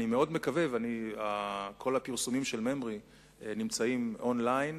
כל הפרסומים של ממר"י נמצאים און-ליין.